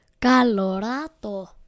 Colorado